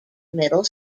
middle